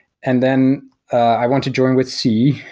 and then i want to join with c,